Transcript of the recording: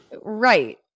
Right